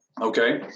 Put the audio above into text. Okay